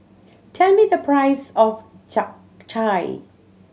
tell me the price of Japchae